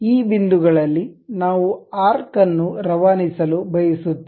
ಈ ಬಿಂದುಗಳಲ್ಲಿ ನಾವು ಆರ್ಕ್ ಅನ್ನು ರವಾನಿಸಲು ಬಯಸುತ್ತೇವೆ